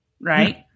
right